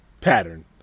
pattern